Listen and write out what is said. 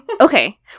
Okay